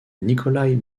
nikolaï